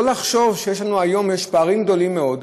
לא לחשוב שהיום יש פערים גדולים מאוד.